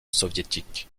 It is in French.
soviétique